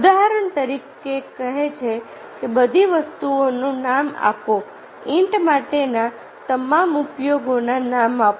ઉદાહરણ તરીકે કહે છે બધી વસ્તુઓને નામ આપો ઈંટ માટેના તમામ ઉપયોગોને નામ આપો